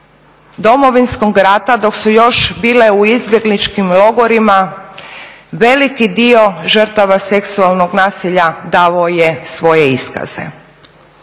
Domovinskog rata, dok su još bile u izbjegličkim logorima, veliki dio žrtava seksualnog nasilja davao je svoje iskaze.